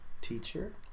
Teacher